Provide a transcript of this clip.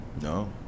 No